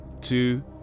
two